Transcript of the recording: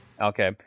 Okay